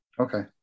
Okay